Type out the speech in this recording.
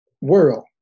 world